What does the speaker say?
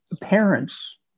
parents